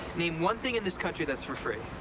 name one thing in this country that's for free.